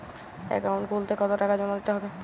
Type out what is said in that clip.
Account খুলতে কতো টাকা জমা দিতে হবে?